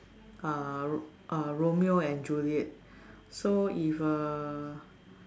uh uh Romeo and Juliet so if uh